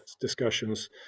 discussions